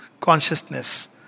consciousness